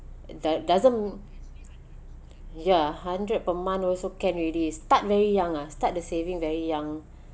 doe~ doesn't ya hundred per month also can already start very young ah start the saving very young